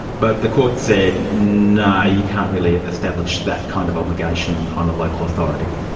but the court said no, you can't really ah establish that kind of obligation on a local authority.